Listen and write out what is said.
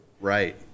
Right